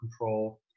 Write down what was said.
control